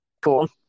cool